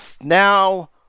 now